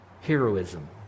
heroism